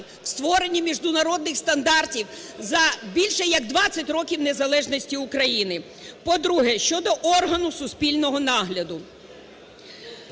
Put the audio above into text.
в створенні міжнародних стандартів за більше як 20 років незалежності України. По-друге, щодо органу суспільного нагляду.